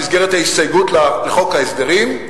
במסגרת ההסתייגות לחוק ההסדרים,